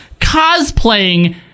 cosplaying